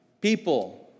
People